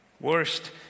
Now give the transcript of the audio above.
Worst